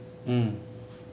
mm